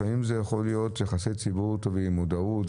לפעמים זה יכול להיות יחסי ציבור טובים, מודעות.